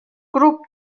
grup